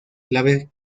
clave